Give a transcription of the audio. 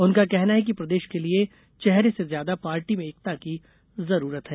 उनका कहना है कि प्रदेश अध्यक्ष के लिये चेहरे से ज्यादा पार्टी में एकता की जरूरत है